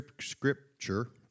scripture